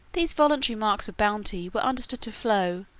these voluntary marks of bounty were understood to flow,